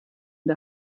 der